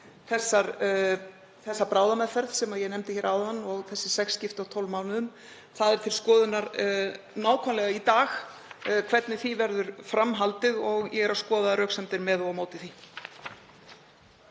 þessa bráðameðferð sem ég nefndi áðan og þessi sex skipti á 12 mánuðum. Það er til skoðunar nákvæmlega í dag hvernig því verður fram haldið og ég er að skoða röksemdir með og á móti því.